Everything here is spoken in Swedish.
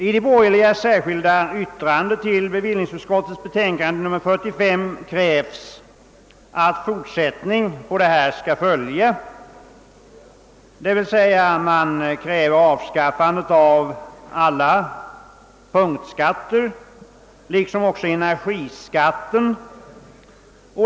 I det särskilda yttrandet nr 1 från de borgerliga till bevillningsutskottets betänkande nr 45 krävs en fortsatt utveckling i samma riktning. Man begär ett avskaffande av alla punktskatter liksom också av energiskatten.